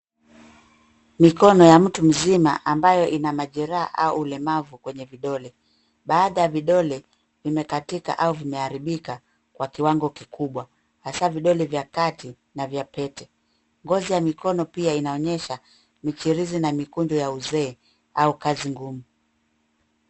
Mikono ya mtu mzima ambayo ina majeraha au ulemavu kwenye vidole. Baadhi ya vidole vimekatika au vimeharibika kwa kiwango kikubwa, hasaa vidole vya kati na vya pete. Ngozi ya mikono pia inaonyesha michirizi na mikunjo ya uzee au kazi ngumu.